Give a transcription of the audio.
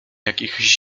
jakichś